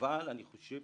אבל אני חושב,